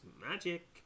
magic